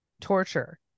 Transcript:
torture